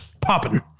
popping